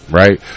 right